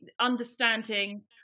understanding